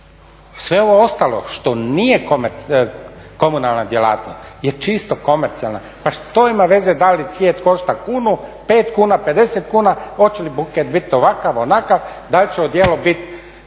sve ovo ostalo što nije komunalna djelatnost je čisto komercijalna. Pa što ima veze da li cvijet košta kunu, 5 kuna, 50 kuna, hoće li buket biti ovakav, onakav, da li će odijelo bit